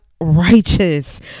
righteous